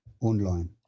online